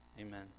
Amen